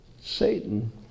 Satan